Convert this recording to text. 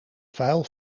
vuil